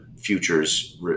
futures